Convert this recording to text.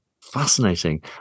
Fascinating